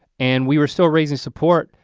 and we were still raising support.